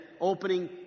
opening